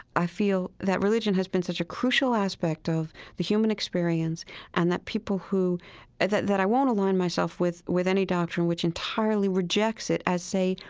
i feel that religion has been such a crucial aspect of the human experience and that people who that that i won't align myself with with any doctrine which entirely rejects it as, say,